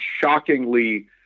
shockingly